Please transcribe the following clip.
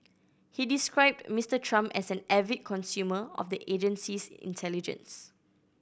he described Mister Trump as an avid consumer of the agency's intelligence